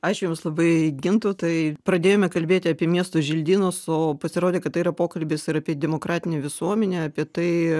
ačiū jums labai gintaitai pradėjome kalbėti apie miestų želdynus o pasirodė kad tai yra pokalbis ir apie demokratinę visuomenę apie tai